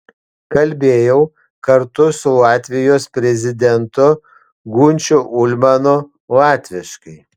kalbėjau kartu su latvijos prezidentu gunčiu ulmaniu latviškai